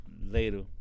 Later